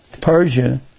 Persia